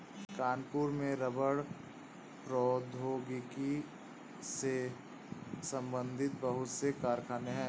कानपुर में रबड़ प्रौद्योगिकी से संबंधित बहुत से कारखाने है